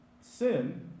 sin